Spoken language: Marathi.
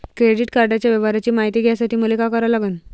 क्रेडिट कार्डाच्या व्यवहाराची मायती घ्यासाठी मले का करा लागन?